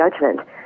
judgment